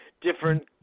different